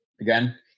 again